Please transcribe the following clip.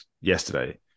yesterday